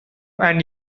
and